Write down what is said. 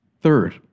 Third